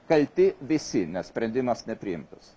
kalti visi nes sprendimas nepriimtas